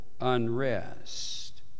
unrest